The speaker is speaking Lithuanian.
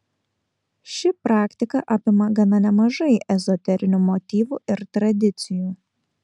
ši praktika apima gana nemažai ezoterinių motyvų ir tradicijų